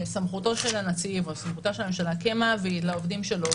לסמכותו של הנציב או לסמכותה של הממשלה כמעביד לעובדים שלהם.